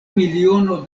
miliono